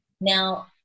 Now